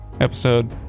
episode